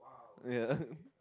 ya